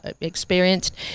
experienced